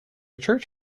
church